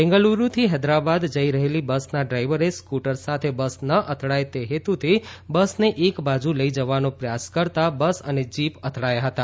બેંગાલુરુથી હૈદરાબાદ જઇ રહેલી બસના ડ્રાઇવરે સ્કુટર સાથે બસ ન અથડાય તે હેતુથી બસને એક બાજુ લઇ જવાનો પ્રયાસ કરતા બસ અને જીપ અથડાયા હતા